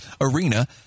arena